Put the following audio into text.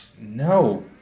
No